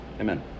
Amen